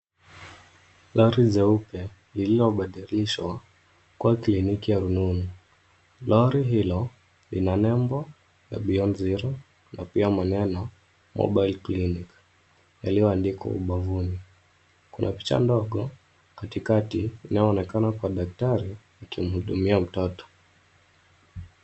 Gari jeupe, lililobadilishwa, kuwa kliniki ya rununu. Lory hilo, lina nembo, ya Beyond Zero , na pia maneno, Mobile Clinic , yaliyoandikwa ubavuni. Kuna picha ndogo, katikati, inayoonekana kuwa daktari, akimhudumia mtoto.